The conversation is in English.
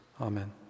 Amen